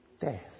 death